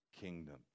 kingdom